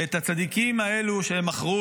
ואת הצדיקים האלה שהם מכרו,